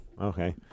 Okay